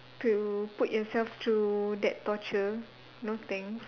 to put yourself through that torture no thanks